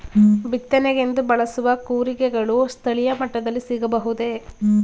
ಬಿತ್ತನೆಗೆಂದು ಬಳಸುವ ಕೂರಿಗೆಗಳು ಸ್ಥಳೀಯ ಮಟ್ಟದಲ್ಲಿ ಸಿಗಬಹುದೇ?